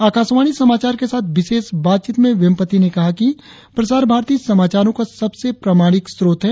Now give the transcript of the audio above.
आकाशवाणी समाचार के साथ विशेष बातचीत में वेम्पटि ने कहा कि प्रसार भारती समाचारों का सबसे प्रामाणिक स्रोत है